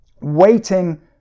waiting